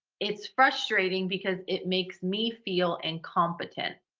it's frustrating because it makes me feel incompetent.